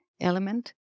element